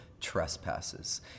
trespasses